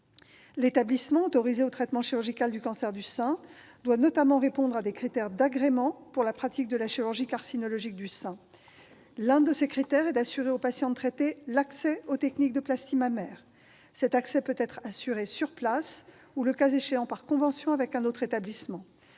L'établissement autorisé au traitement chirurgical du cancer du sein doit notamment répondre à des critères d'agrément pour la pratique de la chirurgie carcinologique du sein. L'un de ces critères est d'assurer aux patientes traitées l'accès aux techniques de plastie mammaire. Cet accès peut être assuré sur place ou, le cas échéant, par convention avec un autre établissement.